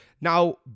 Now